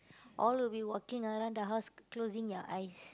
all of you walking around the house closing your eyes